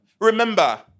Remember